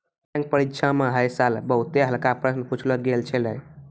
bank परीक्षा म है साल बहुते हल्का प्रश्न पुछलो गेल छलै